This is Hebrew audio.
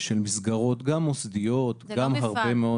של מסגרות מוסדיות --- זה לא מפעל.